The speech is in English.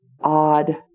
odd